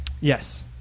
Yes